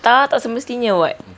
tak tak semestinya [what]